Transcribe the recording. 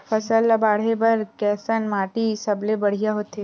फसल ला बाढ़े बर कैसन माटी सबले बढ़िया होथे?